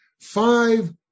five